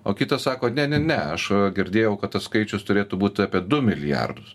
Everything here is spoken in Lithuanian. o kitas sako ne ne ne aš girdėjau kad tas skaičius turėtų būt apie du milijardus